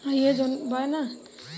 इसे कहियों पइसा दिया सकला